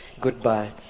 goodbye